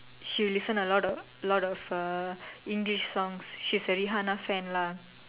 she will listen a lot of a lot of English songs she's a Rihanna fan lah